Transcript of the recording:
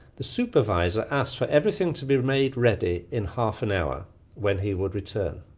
the supervisor asked for everything to be made ready in half an hour when he would return.